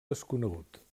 desconegut